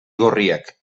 gorriak